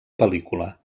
pel·lícula